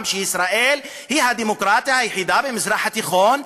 שישראל היא הדמוקרטיה היחידה במזרח התיכון,